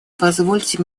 позвольте